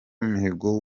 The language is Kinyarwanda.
mihigo